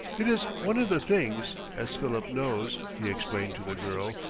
it is one of the things, as philip knows, he explained to the girl,